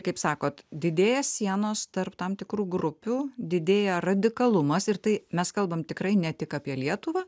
kaip sakot didėja sienos tarp tam tikrų grupių didėja radikalumas ir tai mes kalbam tikrai ne tik apie lietuvą